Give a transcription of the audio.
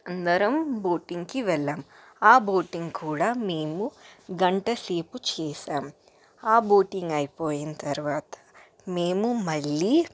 అందరం బోటింగ్కి వెళ్ళాం ఆ బోటింగ్ కూడా మేము గంటసేపు చేసాం ఆ బోటింగ్ అయిపోయిన తర్వాత మేము మళ్ళీ